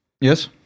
Yes